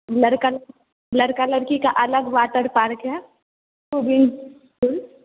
लड़का लड़की लड़का लड़की का अलग वाटर पार्क है स्विमिंग पूल